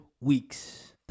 Weeks